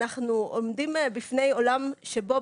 אנחנו עומדים בפני עולם שבו,